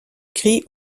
gris